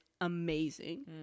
amazing